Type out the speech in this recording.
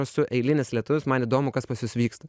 esu eilinis lietuvis man įdomu kas pas jus vyksta